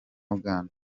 uganda